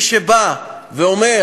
מי שבא ואומר: